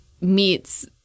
meets